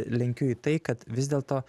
lenkiu į tai kad vis dėlto